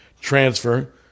transfer